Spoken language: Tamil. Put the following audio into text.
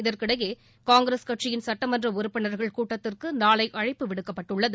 இதற்கிடையே காங்கிரஸ் கட்சியின் சட்டமன்ற உறுப்பினா்கள் கூட்டத்திற்கு நாளை அழைப்பு விடுக்கப்பட்டுள்ளது